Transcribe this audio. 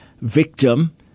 victim